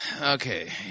okay